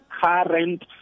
current